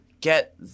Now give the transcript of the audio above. get